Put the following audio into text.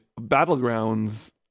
Battlegrounds